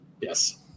Yes